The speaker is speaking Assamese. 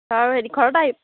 অঁ হেৰি ঘৰত আহি